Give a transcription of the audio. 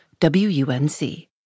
WUNC